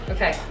Okay